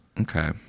Okay